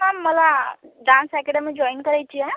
ma'am मला dance academy join करायची आहे